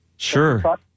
Sure